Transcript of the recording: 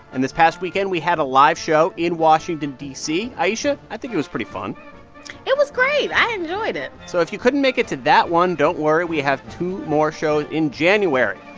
and this past weekend, we had a live show in washington, d c. ayesha, i think it was pretty fun it was great. i enjoyed it so if you couldn't make it to that one, don't worry we have two more shows in january.